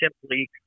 simply